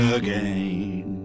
again